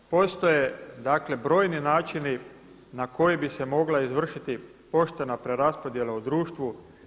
Postoje dakle brojni načini na koje bi se mogla izvršiti poštena preraspodjela u društvu.